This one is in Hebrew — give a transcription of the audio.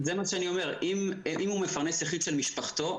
אם הוא מפרנס יחיד של משפחתו,